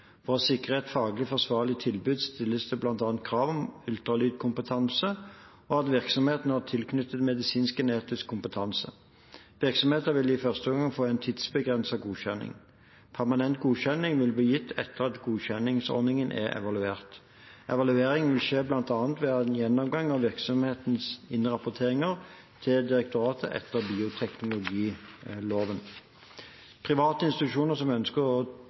For å sikre et faglig forsvarlig tilbud stilles det bl.a. krav om ultralydkompetanse og at virksomheten har tilknyttet medisinsk-genetisk kompetanse. Virksomhetene vil i første omgang få en tidsbegrenset godkjenning. Permanent godkjenning vil bli gitt etter at godkjenningsordningen er evaluert. Evaluering vil skje bl.a. ved en gjennomgang av virksomhetens innrapporteringer til direktoratet etter bioteknologiloven. Private institusjoner som ønsker å